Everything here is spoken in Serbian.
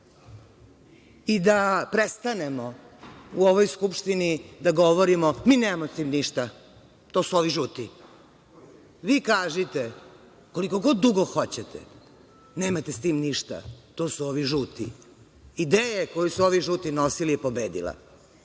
i da prestanemo u ovoj Skupštini da govorimo – mi nemamo sa tim ništa, to su ovi žuti. Vi kažite koliko god dugo hoćete da nemate sa tim ništa, to su ovi žuti, ali ideja koju su ovi žuti nosili je pobedila